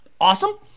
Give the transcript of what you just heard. awesome